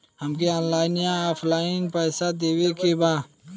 हमके ऑनलाइन या ऑफलाइन पैसा देवे के बा?